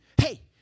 hey